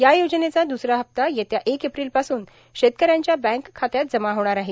या योजनेचा द्वसरा हप्ता येत्या एक एप्रिलपासून शेतकऱ्यांच्या बँक खात्यात जमा होणार आहे